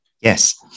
Yes